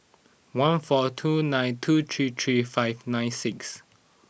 one four two nine two three three five nine six